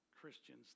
Christians